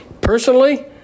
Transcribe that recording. personally